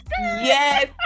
Yes